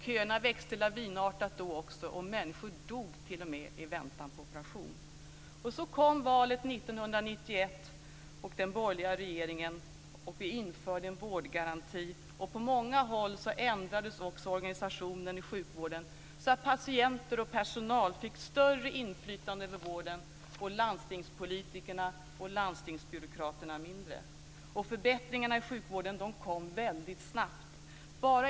Köerna växte lavinartat då också, och människor dog t.o.m. i väntan på operation. Så kom valet 1991, och den borgerliga regeringen tillträdde. Vi införde en vårdgaranti. På många håll ändrades också organisationen i sjukvården så att patienter och personal fick större inflytande över vården, och landstingspolitikerna och landstingsbyråkraterna mindre. Förbättringarna i sjukvården kom väldigt snabbt.